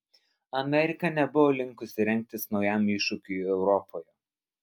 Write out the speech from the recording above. amerika nebuvo linkusi rengtis naujam iššūkiui europoje